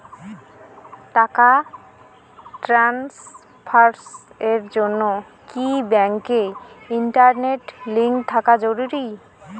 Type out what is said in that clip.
টাকা ট্রানস্ফারস এর জন্য কি ব্যাংকে ইন্টারনেট লিংঙ্ক থাকা জরুরি?